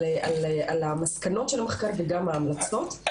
על המסקנות של המחקר וגם ההמלצות.